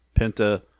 Penta